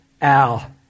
Al